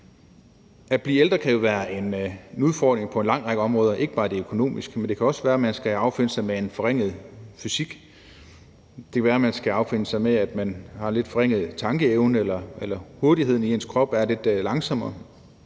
At blive ældre kan jo være en udfordring på en lang række områder, ikke bare på det økonomiske, men det kan også være, at man skal affinde sig med en forringet fysik. Det kan være, at man skal affinde sig med, at man har lidt forringet tænkeevne, eller at hurtigheden i ens krop ikke er